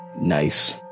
Nice